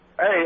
Hey